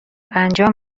انجام